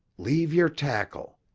leave your tackle.